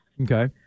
Okay